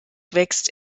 wächst